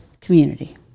community